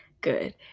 Good